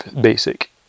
basic